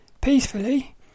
Peacefully